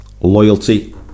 loyalty